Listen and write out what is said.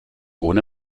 ohne